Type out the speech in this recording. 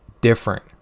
different